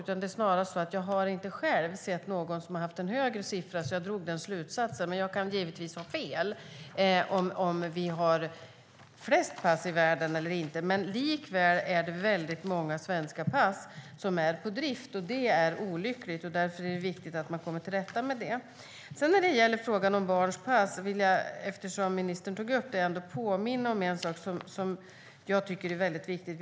Men eftersom jag inte har sett att något annat land har en högre siffra drog jag den slutsatsen. Jag kan dock ha fel. Oavsett om vi har flest pass i världen eller inte är många svenska pass på drift, och det är olyckligt. Därför är det viktigt att vi kommer till rätta med det. Vad gäller barns pass vill jag påminna om något som är viktigt.